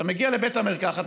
אתה מגיע לבית המרקחת,